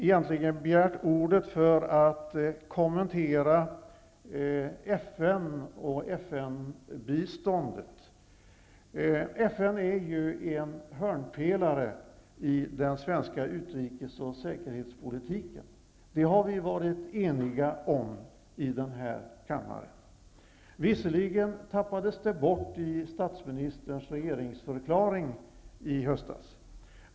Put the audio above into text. Egentligen hade jag begärt ordet för att kommentera FN och FN-biståndet. FN är ju en hörnpelare i den svenska utrikes och säkerhetspolitiken. Det har vi i denna kammare varit eniga om. Visserligen tappades det bort i statsministerns regeringsförklaring i höstas.